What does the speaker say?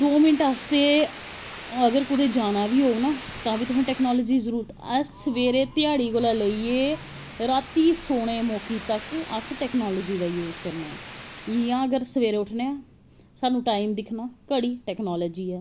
दो मिन्ट आस्ते अगर कुदै जाना बी होग ना तां बी तुसैं टैकनॉलजी दी जरूरत अस सवेरे ध्याड़ी कोला दा लेईयै राती सौनी मौकैा तक अस टैकनॉलजी दा यूज़ करनें आं जियां सवेरे उट्ठनें आं टैईम दिक्खनां टैकनॉलजी ऐ